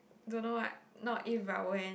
don't know what not if but when